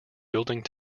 building